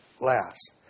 last